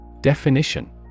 Definition